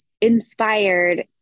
inspired